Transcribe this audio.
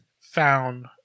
found